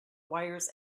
wires